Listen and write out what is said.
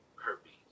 herpes